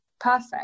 perfect